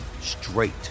straight